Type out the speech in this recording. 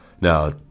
Now